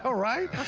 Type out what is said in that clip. ah right?